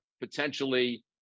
potentially